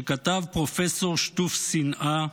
שכתב פרופסור שטוף שנאה,